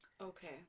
Okay